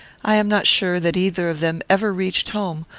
i am not sure that either of them ever reached home,